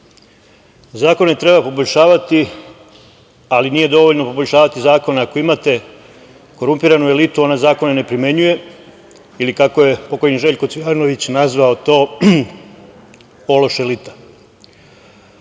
Zakone treba poboljšavati, ali nije dovoljno poboljšavati zakone ako imate korumpiranu elitu ona zakone ne primenjuje ili kako je pokojni Željko Cvijanović nazvao to - ološ